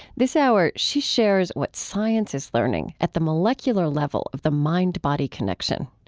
this hour, she shares what science is learning at the molecular level of the mind-body connection.